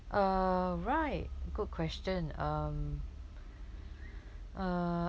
uh right good question um uh